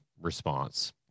response